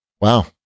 Wow